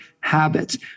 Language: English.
habits